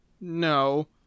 No